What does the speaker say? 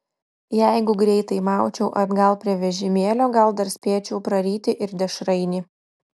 jeigu greitai maučiau atgal prie vežimėlio gal dar spėčiau praryti ir dešrainį